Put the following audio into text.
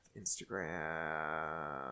Instagram